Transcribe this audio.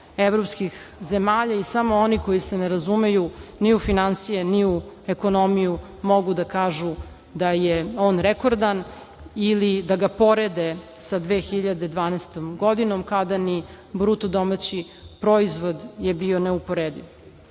evropskih zemalja i samo oni koji se ne razumeju ni u finansije, ni u ekonomiju mogu da kažu da je on rekordan ili da ga porede sa 2012. godinom, kada ni BDP je bio neuporediv. Samo